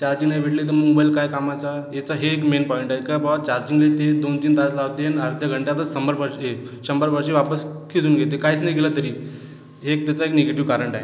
charging नाही भेटली तर मोबाईल काय कामाचा याचा हे एक मेन पॉइंट आहे काय बुवा चार्जिंगला ते दोन तीन तास लावते आणि अर्ध्या घंट्यातच शंभर पर ये शंभर पर्से वापस खेचून घेते काहीच नाही केलं तरी हे एक त्याचं एक निगेटीव कारण आहे